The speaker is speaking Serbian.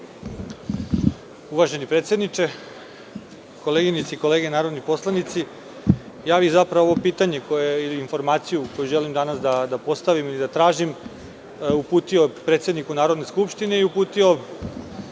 Uvaženi predsedniče, koleginice i kolege narodni poslanici, ovo pitanje ili informaciju koju želim danas da postavim ili da tražim, uputio bih predsedniku Narodne skupštine i uputio